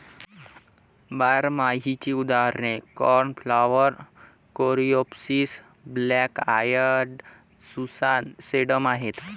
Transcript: बारमाहीची उदाहरणे cornflower, coreopsis, black eyed Susan, sedum आहेत